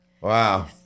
Wow